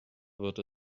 wird